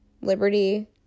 liberty